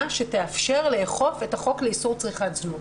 שתאפשר לאכוף את החוק לאיסור צריכת זנות.